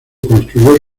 construyó